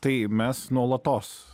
tai mes nuolatos